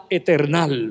eternal